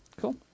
Cool